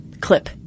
clip